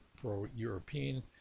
pro-European